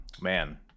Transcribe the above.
Man